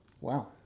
Wow